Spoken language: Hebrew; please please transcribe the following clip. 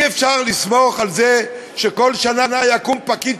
אי-אפשר לסמוך על זה שכל שנה יקום פקיד